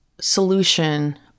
solution